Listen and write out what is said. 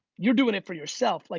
you're doing it for yourself. like